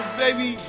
baby